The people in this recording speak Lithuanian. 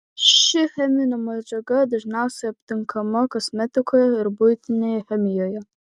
ši cheminė medžiaga dažniausiai aptinkama kosmetikoje ir buitinėje chemijoje